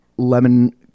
Lemon